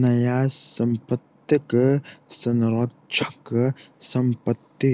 न्यास संपत्तिक संरक्षक संपत्ति